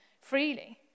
freely